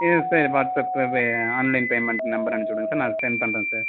சரி சரி பார்த்து இப்போவே ஆன்லைன் பேமெண்ட் நம்பர் அனுப்பிச்சிவிடுங்க சார் நான் செண்ட் பண்றேன் சார்